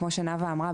כמו שנאווה אמרה,